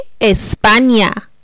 España